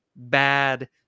bad